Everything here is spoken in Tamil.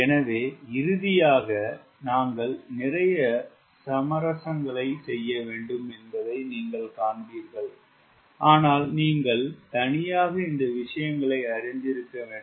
எனவே இறுதியாக நாங்கள் நிறைய சமரசங்களைச் செய்ய வேண்டும் என்பதை நீங்கள் காண்பீர்கள் ஆனால் நீங்கள் தனியாக இந்த விஷயங்களை அறிந்திருக்க வேண்டும்